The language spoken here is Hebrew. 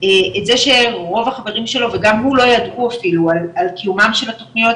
את זה רוב החברים שלו וגם הוא לא ידעו אפילו על קיומן של התוכניות